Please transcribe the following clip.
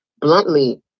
bluntly